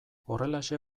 horrelaxe